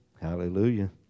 Hallelujah